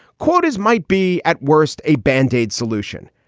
quotas might be at worst a band-aid solution.